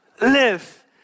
Live